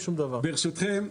ברשותכם,